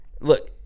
Look